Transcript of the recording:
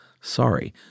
Sorry